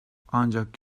ancak